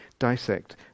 dissect